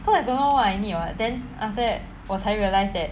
cause I don't know what I need [what] then after that 我才 realise that